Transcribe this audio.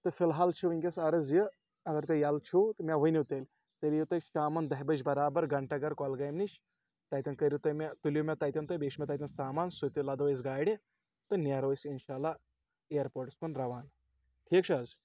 تہٕ فِلحال چھُ وٕنکٮ۪س عرض یہِ اگر تُہۍ ییٚلہٕ چھُو تہٕ مےٚ ؤنیوٗ تیٚلہِ تیٚلہِ یِیوٗ تُہۍ شامَن دَہِہ بَجہِ برابر گھنٹہ گَر کۄلگامہِ نِش تَتٮ۪ن کٔرِو تُہۍ مےٚ تُلیوٗ مےٚ تَتٮ۪ن تہٕ بیٚیہِ چھِ مےٚ تَتٮ۪ن سامان سُہ تہِ لَدو أسۍ گاڑِ تہٕ نیرو أسۍ اِنشااللہ اِیرپوٹَس کُن رَوان ٹھیٖک چھُ حظ